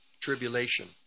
tribulation